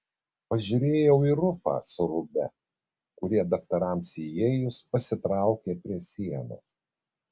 pažiūrėjau į rufą su rūbe kurie daktarams įėjus pasitraukė prie sienos